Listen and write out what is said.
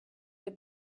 had